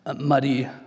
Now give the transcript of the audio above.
muddy